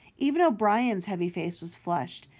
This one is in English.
even o'brien's heavy face was flushed.